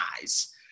eyes